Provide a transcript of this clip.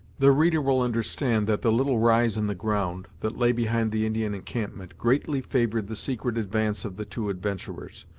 the reader will understand that the little rise in the ground, that lay behind the indian encampment, greatly favoured the secret advance of the two adventurers.